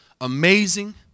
amazing